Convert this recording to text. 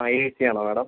ആ A C ആണോ madam